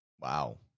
Wow